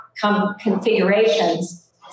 configurations